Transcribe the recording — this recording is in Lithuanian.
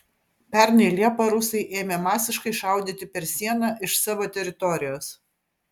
pernai liepą rusai ėmė masiškai šaudyti per sieną iš savo teritorijos